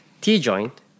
T-joint